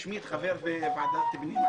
נקבע לראשונה בתקנות סדר הדין הפלילי ששטח